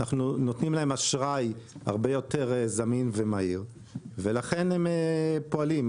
אנחנו נותנים להם אשראי הרבה יותר זמין ומהיר ולכן הם פועלים.